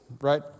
right